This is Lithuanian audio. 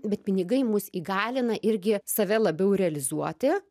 bet pinigai mus įgalina irgi save labiau realizuoti